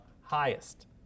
highest